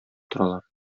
торалар